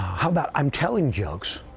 how about i'm telling jokes,